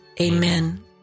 Amen